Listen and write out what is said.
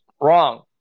wrong